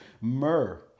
Myrrh